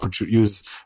use